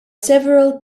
several